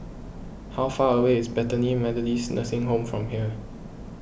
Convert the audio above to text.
how far away is Bethany Methodist Nursing Home from here